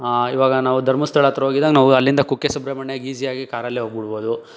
ಈವಾಗ ನಾವು ಧರ್ಮಸ್ಥಳ ಹತ್ತಿರ ಹೋಗಿದ್ದರೆ ನಾವಲ್ಲಿಂದ ಕುಕ್ಕೆ ಸುಬ್ರಹ್ಮಣ್ಯಗೆ ಈಸಿಯಾಗಿ ಕಾರಲ್ಲೇ ಹೋಗ್ಬಿಡ್ಬೋದು